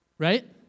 right